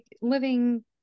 living